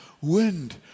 wind